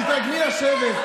תתרגלי לשבת.